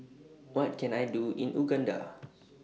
What Can I Do in Uganda